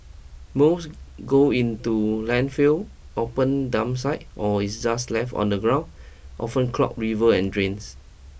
most go into landfills open dump sites or is just left on the ground often clog river and drains